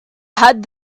had